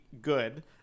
good